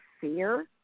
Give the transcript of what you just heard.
fear